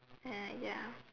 uh ya